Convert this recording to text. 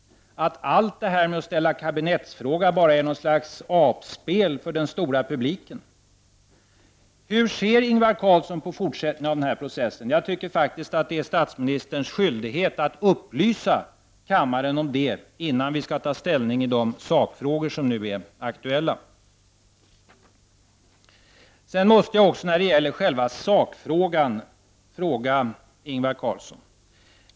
Är allt detta med att ställa kabinettsfråga bara något slags apspel för den stora publiken? Hur ser Ingvar Carlsson på fortsättningen av den här processen? Jag tycker faktiskt att det är statsmininsterns skyldighet att upplysa kammaren om detta innan vi skall ta ställning i de sakfrågor som nu är aktuella. Jag vill även ta upp själva sakfrågan och ställa ett par frågor till Ingvar Carlsson.